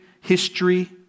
history